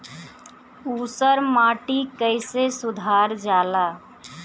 ऊसर माटी कईसे सुधार जाला?